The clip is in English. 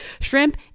shrimp